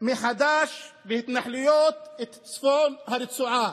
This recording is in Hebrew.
מחדש בהתנחלויות את צפון הרצועה.